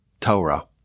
Torah